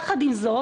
מצד שני,